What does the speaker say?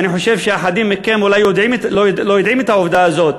ואני חושב שאחדים מכם אולי לא יודעים זאת,